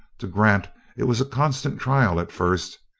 to grant it was a constant trial, at first.